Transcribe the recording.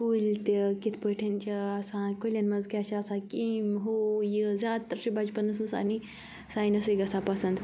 کُلۍ تہِ کِتھ پٲٹھۍ چھِ آسان کُلیٚن منٛز کیٛاہ چھِ آسان کیٚمۍ ہیوٗ یہِ زیادٕ تَر چھِ بَچپَنَس منٛز سارنٕے ساینَسٕے گژھان پَسَنٛد